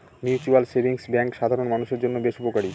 mutual savings bank সাধারন মানুষের জন্য বেশ উপকারী